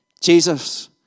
Jesus